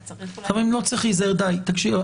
אבל אני כרגע לא פותח את הדיון מחדש.